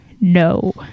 No